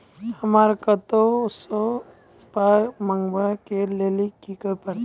हमरा कतौ सअ पाय मंगावै कऽ लेल की करे पड़त?